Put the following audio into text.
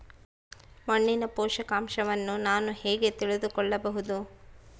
ಮಣ್ಣಿನ ಪೋಷಕಾಂಶವನ್ನು ನಾನು ಹೇಗೆ ತಿಳಿದುಕೊಳ್ಳಬಹುದು?